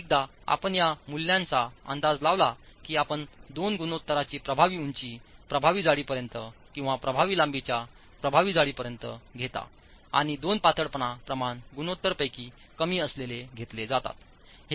एकदा आपण या मूल्यांचा अंदाज लावला की आपण दोन गुणोत्तराची प्रभावी उंची प्रभावी जाडीपर्यंत किंवा प्रभावी लांबीच्या प्रभावी जाडीपर्यंत घेता आणि दोन पातळपणा प्रमाण गुणोत्तर पैकी कमी असलेले घेतले जातात